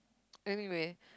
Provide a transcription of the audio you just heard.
anyway